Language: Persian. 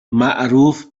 معروف